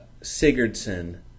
Sigurdsson